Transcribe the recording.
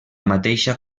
mateixa